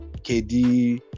KD